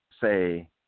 say